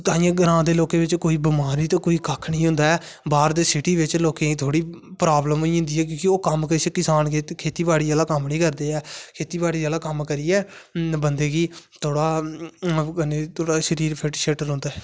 ताइयें ग्रां दे लोकें बिच कोई बिमारी कोई कक्ख नेईं होंदा ऐ बाहर दी सिटी बिच प्रवल्म होई जंदी किसान कम कोई कोई खेतीबाड़ी आहला कम्म नेईं करदे हैं खेती बाड़ी आहला कम्म करियै बंदे गी थोह्ड़ा शरीर फिट रौंहदा ऐ